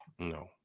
No